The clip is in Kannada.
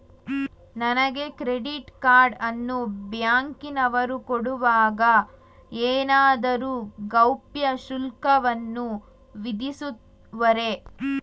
ನನಗೆ ಕ್ರೆಡಿಟ್ ಕಾರ್ಡ್ ಅನ್ನು ಬ್ಯಾಂಕಿನವರು ಕೊಡುವಾಗ ಏನಾದರೂ ಗೌಪ್ಯ ಶುಲ್ಕವನ್ನು ವಿಧಿಸುವರೇ?